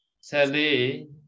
Sally